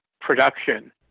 production